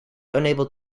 unable